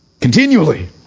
Continually